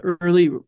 early